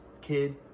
kid